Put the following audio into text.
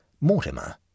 Mortimer